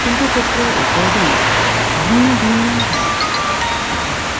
किन्तु तत्र रेकार्डिङ्ग् भिन्नभिन्नं भवति